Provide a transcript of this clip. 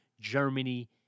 Germany